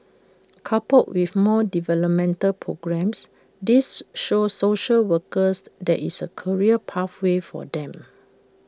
coupled with more developmental programmes this shows social workers there is A career pathway for them